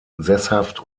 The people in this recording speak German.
sesshaft